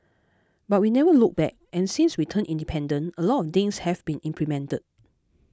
but we never looked back and since we turned independent a lot of things have been implemented